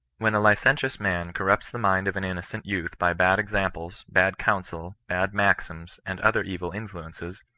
when a licentious man cor rupts the mind of an innocent youth by bad examples, bad counsel, bad maxims, and other evil influences,